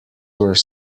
were